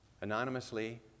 anonymously